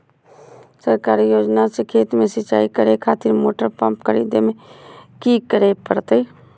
सरकारी योजना से खेत में सिंचाई करे खातिर मोटर पंप खरीदे में की करे परतय?